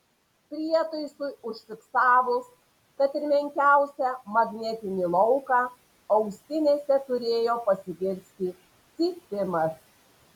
prietaisui užfiksavus kad ir menkiausią magnetinį lauką ausinėse turėjo pasigirsti cypimas